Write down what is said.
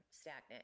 stagnant